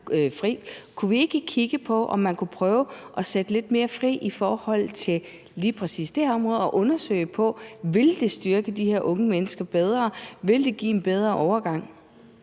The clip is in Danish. Kunne vi ikke kigge på, om man kunne prøve at sætte lidt mere fri i forhold til lige præcis det her område, og undersøge, om det vil styrke de her unge mennesker mere, og om det vil give en bedre overgang?